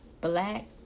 black